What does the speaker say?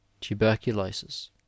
Tuberculosis